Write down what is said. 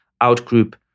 out-group